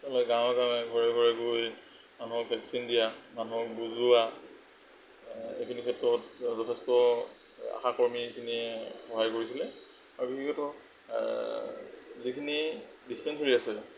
তেওঁলোকে গাঁৱে গাঁৱে ঘৰে ঘৰে গৈ মানুহক ভেক্সিন দিয়া মানুহক বুজোৱা এইখিনি ক্ষেত্ৰত যথেষ্ট আশাকৰ্মীখিনিয়ে সহায় কৰিছিলে আৰু বিশেষকৈ যিখিনি ডিস্পেঞ্চেৰি আছে